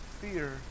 fear